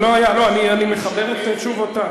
לא, אני מחבר את תשובותי.